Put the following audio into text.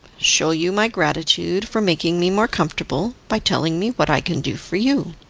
show you my gratitude for making me more comfortable by telling me what i can do for you.